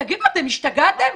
תגידו, אתם השתגעתם?